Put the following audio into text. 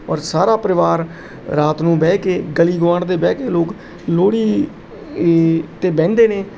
ਔਰ ਸਾਰਾ ਪਰਿਵਾਰ ਰਾਤ ਨੂੰ ਬਹਿ ਕੇ ਗਲੀ ਗੁਆਂਢ ਤੇ ਬਹਿ ਕੇ ਲੋਕ ਲੋਹੜੀ ਤੇ ਬਹਿੰਦੇ ਨੇ